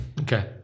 Okay